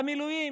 במילואים,